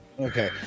Okay